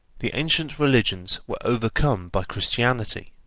the ancient religions were overcome by christianity.